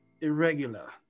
irregular